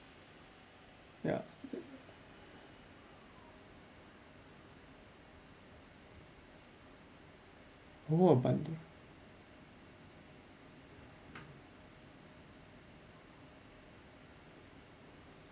ya oh a bundle